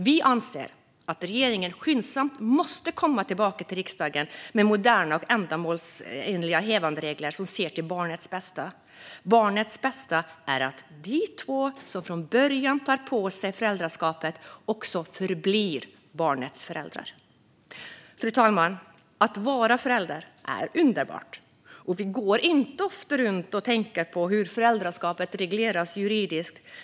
Vi anser att regeringen skyndsamt måste komma tillbaka till riksdagen med moderna och ändamålsenliga hävanderegler som ser till barnets bästa. Barnets bästa är att de två som från början tar på sig föräldraskapet också förblir barnets föräldrar. Fru talman! Att vara förälder är underbart, och vi går inte ofta runt och tänker på hur föräldraskapet regleras juridiskt.